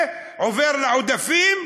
ועובר לעודפים,